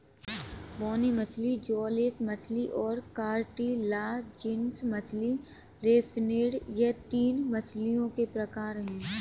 बोनी मछली जौलेस मछली और कार्टिलाजिनस मछली रे फिनेड यह तीन मछलियों के प्रकार है